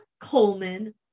Coleman